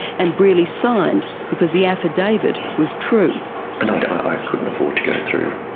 and brearley signed, because the affidavit was true. and and i couldn't afford to go through